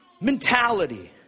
mentality